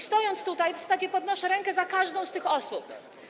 Stojąc tutaj, w zasadzie podnoszę rękę za każdą z tych osób.